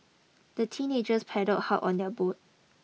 the teenagers paddled hard on their boat